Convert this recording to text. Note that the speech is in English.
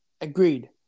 Agreed